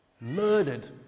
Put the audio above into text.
murdered